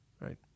Right